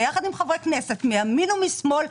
ביחד עם חברי כנסת מימין ומשמאל,